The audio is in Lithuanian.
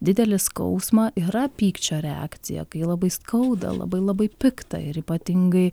didelį skausmą yra pykčio reakcija kai labai skauda labai labai pikta ir ypatingai